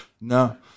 No